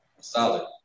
solid